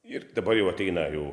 ir dabar jau ateina jau